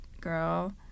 girl